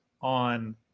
on